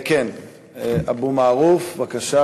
אבו מערוף, בבקשה.